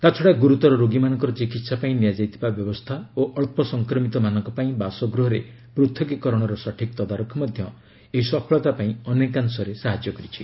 ତା'ଛଡା ଗୁରୁତର ରୋଗୀମାନଙ୍କର ଚିକିତ୍ସା ପାଇଁ ନିଆଯାଇଥିବା ବ୍ୟବସ୍ଥା ଓ ଅକ୍ଷ ସଂକ୍ରମିତ ମାନଙ୍କ ପାଇଁ ବାସଗୃହରେ ପୃଥକୀକରଣର ସଠିକ୍ ତଦାରଖ ମଧ୍ୟ ଏହି ସଫଳତା ପାଇଁ ଅନେକାଂଶରେ ସାହାଯ୍ୟ କରିଛି